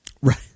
Right